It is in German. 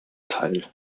teil